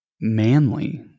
manly